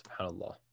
subhanAllah